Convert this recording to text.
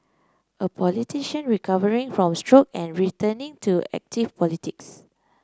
a politician recovering from stroke and returning to active politics